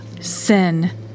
sin